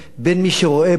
בין מי שרואה בה,